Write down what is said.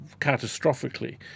catastrophically